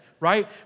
right